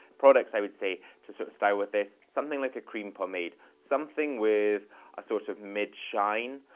products, i would say, to so style with this, something like a cream pomade, something with a sort of mid-shine,